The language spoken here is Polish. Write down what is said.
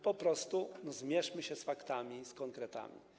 Po prostu zmierzmy się z faktami, z konkretami.